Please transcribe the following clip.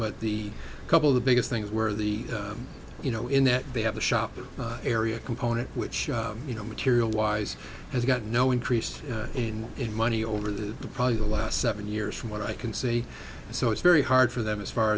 but the couple of the biggest things were the you know in that they have a shopping area component which you know material wise has got no increased in in money over the the probably the last seven years from what i can see so it's very hard for them as far